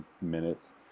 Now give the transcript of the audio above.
minutes